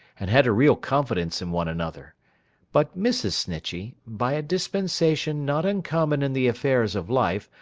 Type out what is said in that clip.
and had a real confidence in one another but mrs. snitchey, by a dispensation not uncommon in the affairs of life,